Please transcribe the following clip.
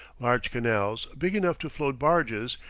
large canals, big enough to float barges,